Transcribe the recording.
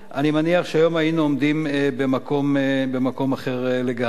אני מניח שהיום היינו עומדים במקום אחר לגמרי.